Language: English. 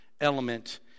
element